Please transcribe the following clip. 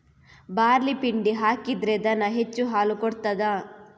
Barley ಪಿಂಡಿ ಹಾಕಿದ್ರೆ ದನ ಹೆಚ್ಚು ಹಾಲು ಕೊಡ್ತಾದ?